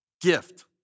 gift